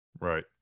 right